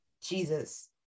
Jesus